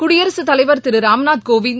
குடியரசுத் தலைவர் திருராம்நாத் கோவிந்த்